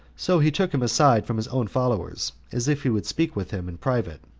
so he took him aside from his own followers, as if he would speak with him in private,